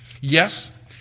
Yes